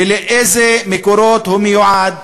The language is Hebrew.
לאיזה מקורות הוא מיועד?